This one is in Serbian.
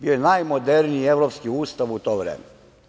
Bio je najmoderniji evropski ustav u to vreme.